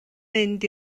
mynd